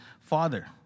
father